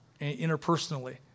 interpersonally